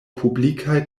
publikaj